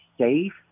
safe